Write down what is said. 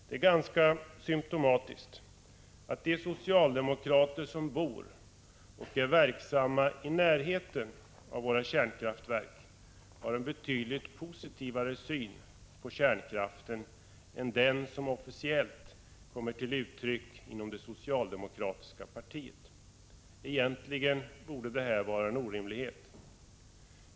Det är ganska symtomatiskt att de socialdemokrater som bor och är verksamma i närheten av våra kärnkraftverk har en betydligt positivare syn på kärnkraftverken än den som officiellt kommer till uttryck inom det socialdemokratiska partiet. Egentligen borde detta vara en orimlighet.